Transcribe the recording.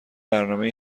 برنامه